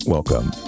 Welcome